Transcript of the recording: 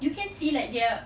you can see like they're